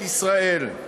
את ישראל.